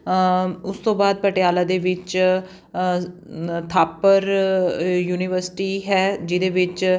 ਉਸ ਤੋਂ ਬਾਅਦ ਪਟਿਆਲਾ ਦੇ ਵਿੱਚ ਥਾਪਰ ਯੂਨੀਵਰਸਿਟੀ ਹੈ ਜਿਹਦੇ ਵਿੱਚ